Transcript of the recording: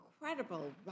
incredible